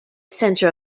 center